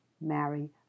marry